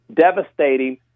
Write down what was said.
devastating